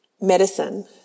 medicine